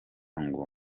ngo